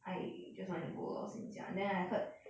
I just want to go lor since young then I heard